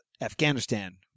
Afghanistan